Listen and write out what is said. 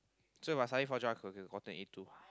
so if I study for geog I could've gotten A two